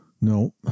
No